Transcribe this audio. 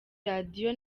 radio